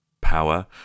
power